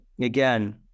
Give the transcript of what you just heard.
Again